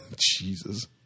Jesus